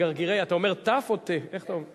(הסדרת רכיבת אופניים בדרכים בין-עירוניות)